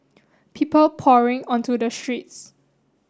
people pouring onto the streets